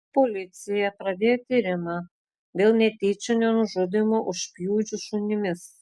policija pradėjo tyrimą dėl netyčinio nužudymo užpjudžius šunimis